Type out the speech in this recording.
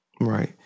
Right